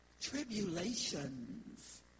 tribulations